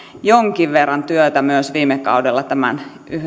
jonkin verran työtä myös viime kaudella tämän